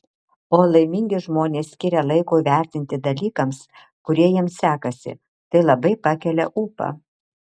o laimingi žmonės skiria laiko įvertinti dalykams kurie jiems sekasi tai labai pakelia ūpą